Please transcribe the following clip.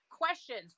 questions